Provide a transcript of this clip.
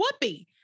Whoopi